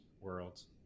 worlds